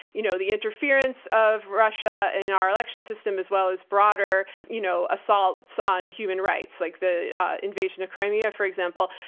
you know, the interference of russia in our election system, as well as broader, you know, assaults on human rights, like the invasion of crimea for example.